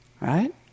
right